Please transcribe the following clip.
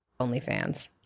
OnlyFans